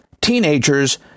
teenagers